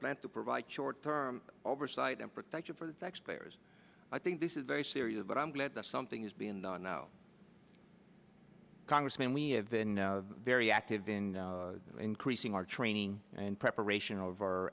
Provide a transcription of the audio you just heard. plan to provide short term oversight and protection for the taxpayers i think this is very serious but i'm glad that something is being done now congressman we have been very active in increasing our training and preparation of our